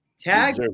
Tag